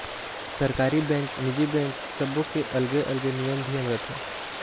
सरकारी बेंक, निजी बेंक सबो के अलगे अलगे नियम धियम रथे